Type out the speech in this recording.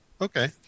okay